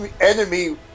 enemy